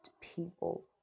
people